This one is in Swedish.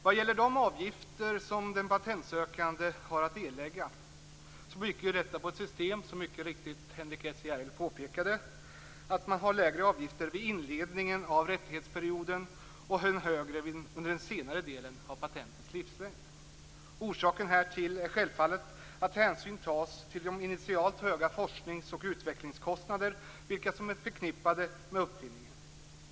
Vad gäller de avgifter som den patentsökande har att erlägga bygger detta på ett system som, vilket Henrik S Järrel mycket riktigt påpekade, har lägre avgifter vid inledningen av rättighetsperioden och högre under den senare delen av patentets livslängd. Orsaken härtill är självfallet att hänsyn tas till de initialt höga forsknings och utvecklingskostnader vilka är förknippade med uppfinningen.